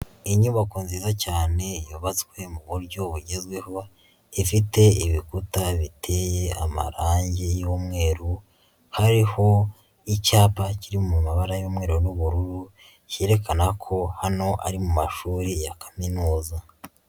Inyubako nziza cyane yubatswe mu buryo bugezweho, ifite ibikuta biteye amarangi y'umweru, hariho icyapa kiri mu mabara y'umweru n'ubururu, cyerekana ko hano ari mu mashuri ya kaminuza.